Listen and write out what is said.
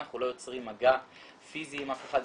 אנחנו לא יוצרים מגע פיזי עם אף אחד,